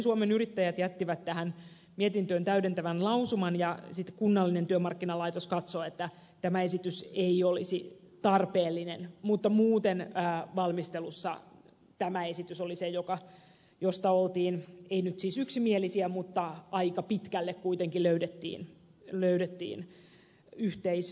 suomen yrittäjät jättivät tähän mietintöön täydentävän lausuman ja kunnallinen työmarkkinalaitos katsoi että tämä esitys ei olisi tarpeellinen mutta muuten valmistelussa tämä esitys oli se josta ei nyt siis oltu yksimielisiä mutta aika pitkälle kuitenkin löydettiin yhteisymmärrys